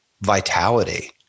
vitality